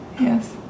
Yes